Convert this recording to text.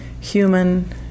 human